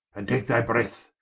and take thy breath,